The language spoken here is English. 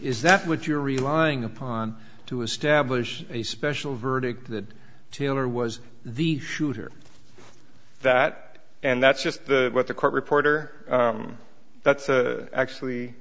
what you're relying upon to establish a special verdict that taylor was the shooter that and that's just what the court reporter that's actually